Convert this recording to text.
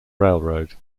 railroad